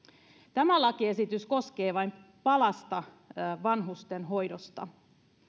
tämä lakiesitys koskee vain palasta vanhustenhoidosta